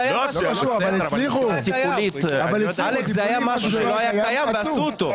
זה משהו שלא היה קיים ועשו אותו.